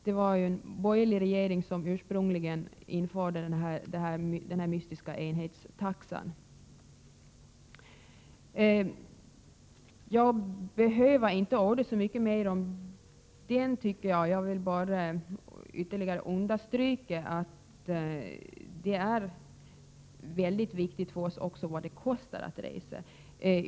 Det var en borgerlig regering som ursprungligen införde den mystiska enhetstaxan. Jag behöver inte orda så mycket mer om den, tycker jag. Jag vill bara ytterligare understryka att det är väldigt viktigt för oss vad det kostar att resa.